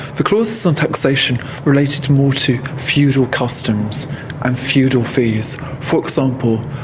the clauses on taxation related more to feudal customs and feudal fees. for example,